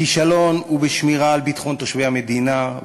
הכישלון הוא בשמירה על ביטחון תושבי המדינה,